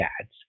ads